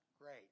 great